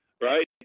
Right